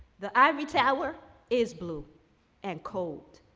the ivory tower is blue and cold.